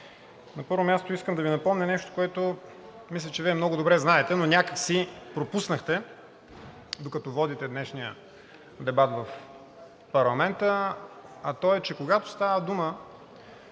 На първо място, искам да Ви напомня нещо, което мисля, че Вие много добре знаете, но някак си пропуснахте, докато водите днешния дебат в парламента, а той е, че когато става дума